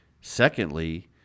Secondly